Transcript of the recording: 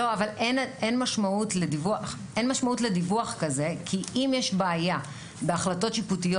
אין משמעות לדיווח כזה כי אם יש בעיה בהחלטות שיפוטיות